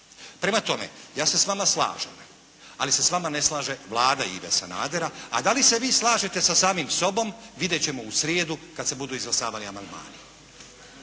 Prema tome, ja se s vama slažem, ali se s vama ne slaže Vlada Ive Sanadera. Ali, da li se vi slažete sa samim sobom, vidjet ćemo u srijedu kad se budu izglasavali amandmani?